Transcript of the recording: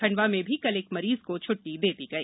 खंडवा में भी कल एक मरीज को छट्टी दी गई